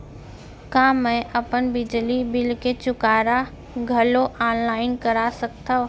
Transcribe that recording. का मैं अपन बिजली बिल के चुकारा घलो ऑनलाइन करा सकथव?